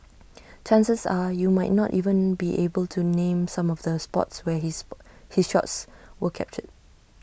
chances are you might not even be able to name some of the spots where his Sport he shots were captured